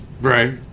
Right